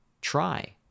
try